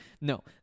No